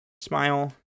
Smile